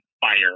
fire